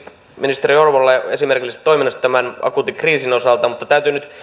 ministeri orvolle esimerkillisestä toiminnasta tämän akuutin kriisin osalta mutta täytyy nyt